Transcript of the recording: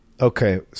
okay